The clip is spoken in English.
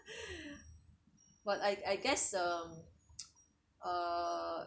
but I I guess uh uh